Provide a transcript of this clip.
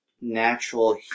natural